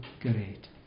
great